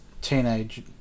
teenage